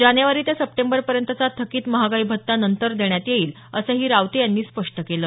जानेवारी ते सप्टेंबरपर्यंतचा थकीत महागाई भत्ता नंतर देण्यात येईल असंही रावते यांनी स्पष्ट केलं